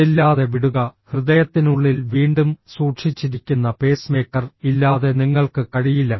അതില്ലാതെ വിടുക ഹൃദയത്തിനുള്ളിൽ വീണ്ടും സൂക്ഷിച്ചിരിക്കുന്ന പേസ്മേക്കർ ഇല്ലാതെ നിങ്ങൾക്ക് കഴിയില്ല